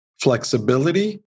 flexibility